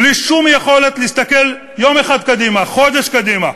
בלי שום יכולת להסתכל יום אחד קדימה, חודש קדימה.